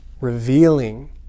revealing